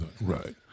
Right